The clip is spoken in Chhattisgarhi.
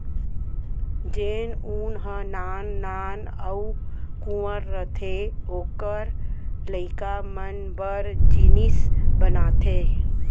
जेन ऊन ह नान नान अउ कुंवर रथे ओकर लइका मन बर जिनिस बनाथे